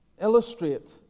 illustrate